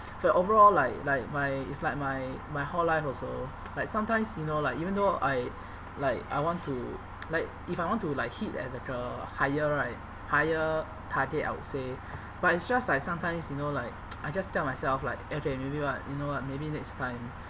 for your overall like like my it's like my my whole life also like sometimes you know like even though I like I want to like if I want to like hit at like a higher right higher target I would say but it's just like sometimes you know like I just tell myself like okay maybe what you know what maybe next time